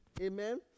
Amen